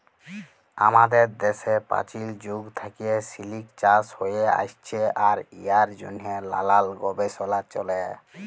আমাদের দ্যাশে পাচীল যুগ থ্যাইকে সিলিক চাষ হ্যঁয়ে আইসছে আর ইয়ার জ্যনহে লালাল গবেষলা চ্যলে